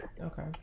Okay